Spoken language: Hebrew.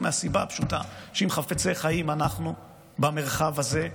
מהסיבה הפשוטה שאם חפצי חיים אנחנו במרחב הזה,